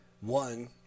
One